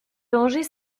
danger